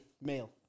male